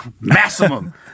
Maximum